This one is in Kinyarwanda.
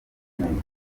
umukozi